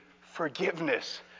forgiveness